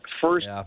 first